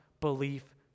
belief